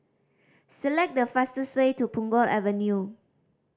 select the fastest way to Punggol Avenue